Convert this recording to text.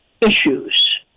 issues